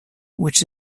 which